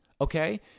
okay